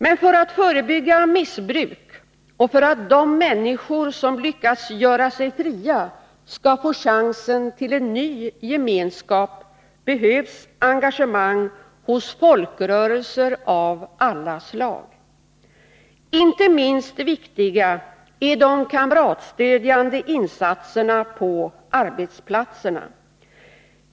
Men för att förebygga missbruk och för att de människor som lyckats göra sig fria skall få chansen till en ny gemenskap behövs engagemang hos folkrörelser av alla slag. Inte minst viktiga är de kamratstödjande insatserna på arbetsplatserna.